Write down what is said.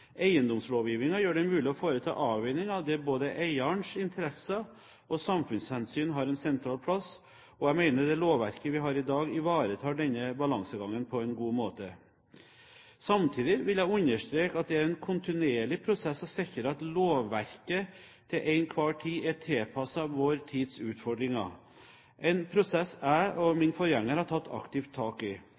gjør det mulig å foreta avveininger der både eierens interesser og samfunnshensyn har en sentral plass, og jeg mener det lovverket vi har i dag, ivaretar denne balansegangen på en god måte. Samtidig vil jeg understreke at det er en kontinuerlig prosess å sikre at lovverket til enhver tid er tilpasset vår tids utfordringer, en prosess jeg og min forgjenger har tatt aktivt tak i.